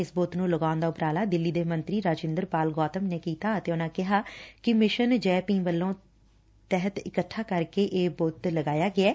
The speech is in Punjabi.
ਇਸ ਬੂੱਤ ਨੂੰ ਲਗਾਉਣ ਦਾ ਉਪਰਾਲਾ ਦਿੱਲੀ ਦੇ ਮੰਤਰੀ ਰਾਜਿੰਦਰ ਪਾਲ ਗੌਤਮ ਨੇ ਕੀਤਾ ਅਤੇ ਉਨੂੰ ਕਿਹਾ ਕਿ ਮਿਸ਼ਨ ਜੈ ਭੀਮ ਤਹਿਤ ਫੰਡ ਇਕੱਠਾ ਕਰਕੇ ਇਹ ਬੁੱਤ ਲਗਾਇਆ ਗਿਐ